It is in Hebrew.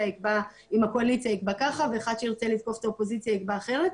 יקבע ככה ואחד שירצה לתקוף את האופוזיציה יקבע אחרת,